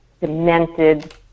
demented